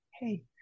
hey